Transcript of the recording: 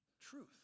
truth